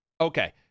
Okay